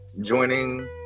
joining